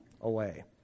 away